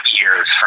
years